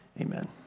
Amen